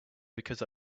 because